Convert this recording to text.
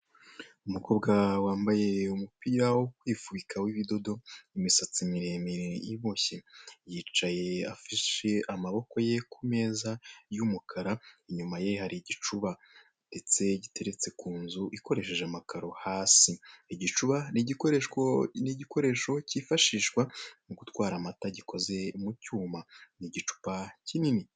Utu ni utuzu tw'abajenti ba emutiyeni ndetse dukikijwe n'ibyapa bya eyeteri na bakiriya babagannye bari kubaha serivise zitandukanye.